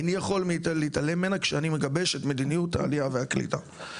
איני יכול להתעלם ממנה כשאני מגבש את מדיניות העלייה והקליטה.